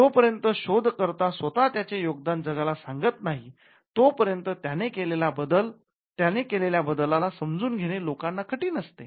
जोपर्यंत शोध कर्ता स्वतः त्याचे योगदान जगाला सांगत नाही तो पर्यंत त्याने केलेल्या बदलला समजून घेणे लोकांना कठीण असते